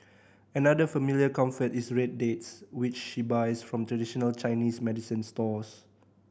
another familiar comfort is red dates which she buys from traditional Chinese medicine stores